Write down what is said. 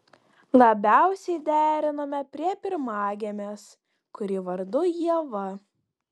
labiausiai derinome prie pirmagimės kuri vardu ieva